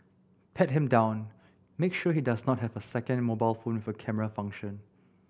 pat him down make sure he does not have a second mobile phone with a camera function